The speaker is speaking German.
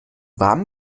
warmen